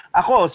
ako